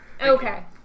Okay